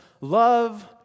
love